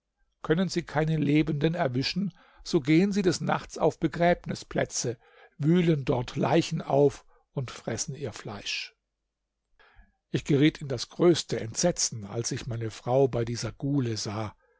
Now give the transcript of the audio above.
können sie keine lebenden erwischen so gehen sie des nachts auf begräbnisplätze wühlen dort leichen auf und fressen ihr fleisch ich geriet in das größte entsetzen als ich meine frau bei dieser gule sah